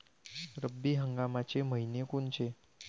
रब्बी हंगामाचे मइने कोनचे?